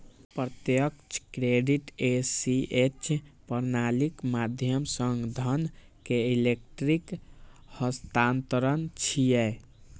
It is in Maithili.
प्रत्यक्ष क्रेडिट ए.सी.एच प्रणालीक माध्यम सं धन के इलेक्ट्रिक हस्तांतरण छियै